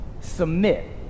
submit